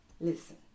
Listen